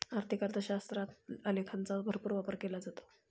आर्थिक अर्थशास्त्रात आलेखांचा भरपूर वापर केला जातो